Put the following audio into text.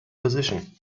position